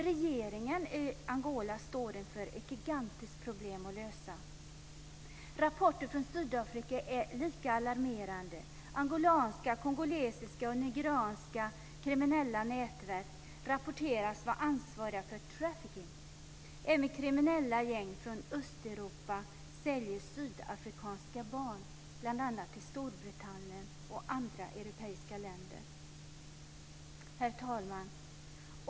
Regeringen i Angola står inför att lösa ett gigantiskt problem. Rapporter från Sydafrika är lika alarmerande. Angolanska, kongolesiska och nigerianska kriminella nätverk rapporteras vara ansvariga för trafficking. Även kriminella gäng från Östeuropa säljer sydafrikanska barn, bl.a. till Storbritannien och andra europeiska länder. Herr talman!